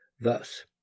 thus